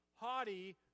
haughty